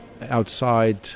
outside